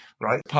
right